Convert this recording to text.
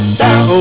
down